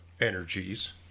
energies